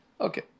okay